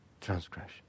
transgression